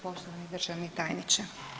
Poštovani državni tajniče.